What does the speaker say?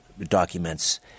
documents